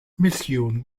mission